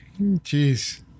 jeez